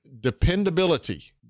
dependability